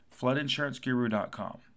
floodinsuranceguru.com